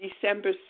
December